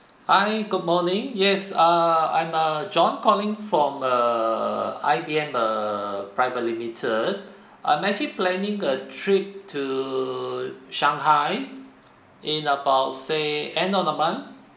hi good morning yes ah I'm uh john calling from err I_B_M err private limited I'm actually planning a trip to shanghai in about say end of the month